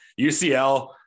UCL